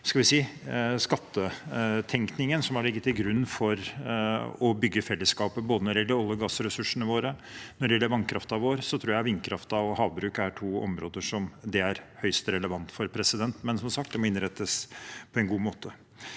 skattetenkningen som har ligget til grunn for å bygge fellesskapet, både når det gjelder ol je- og gassressursene våre, og når det gjelder vannkraften vår. Jeg tror vindkraft og havbruk er to områder som det er høyst relevant for. Som sagt: Det må innrettes på en god måte.